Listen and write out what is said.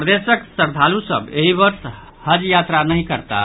प्रदेशक श्रद्धालु सभ एहि वर्ष हज यात्रा नहि करताह